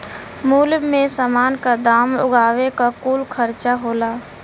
मूल्य मे समान क दाम उगावे क कुल खर्चा होला